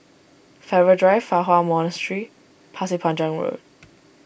Farrer Drive Fa Hua Monastery Pasir Panjang Road